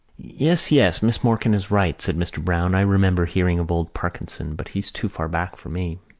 yes, yes, miss morkan is right, said mr. browne. i remember hearing of old parkinson but he's too far back for me.